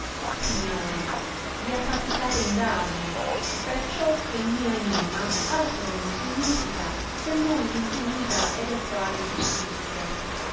signori vi affaticate indarno perciò che il mio enimma altro non significa se non l infinita ed equale giustizia